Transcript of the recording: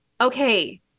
okay